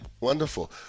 Wonderful